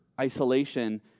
isolation